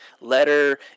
letter